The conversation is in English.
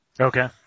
okay